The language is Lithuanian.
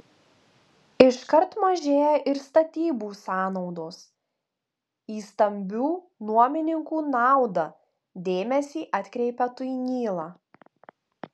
iškart mažėja ir statybų sąnaudos į stambių nuomininkų naudą dėmesį atkreipia tuinyla